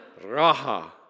Raha